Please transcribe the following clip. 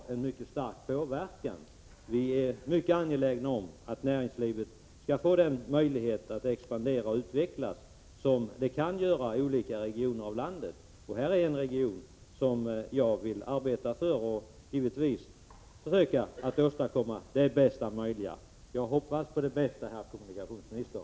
Vi är mycket angelägna om att näringslivet skall få möjlighet att expandera och utvecklas så mycket det kan i olika regioner i landet. Det här är en region som jag villarbeta för, och jag vill givetvis försöka åstadkomma det bästa möjliga. Jag hoppas alltså på det bästa, herr kommunikationsminister.